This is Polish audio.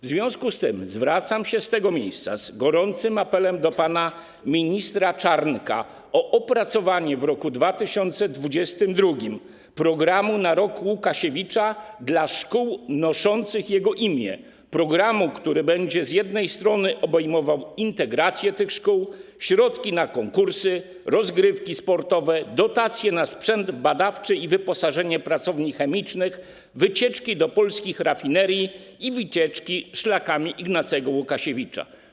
W związku z tym zwracam się z tego miejsca z gorącym apelem do pana ministra Czarnka o opracowanie w roku 2022 programu na rok Łukasiewicza dla szkół noszących jego imię, programu, który będzie obejmował integrację tych szkół, środki na konkursy, rozgrywki sportowe, dotacje na sprzęt badawczy i wyposażenie pracowni chemicznych, wycieczki do polskich rafinerii i wycieczki szlakami Ignacego Łukasiewicza.